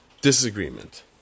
disagreement